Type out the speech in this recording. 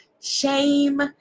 shame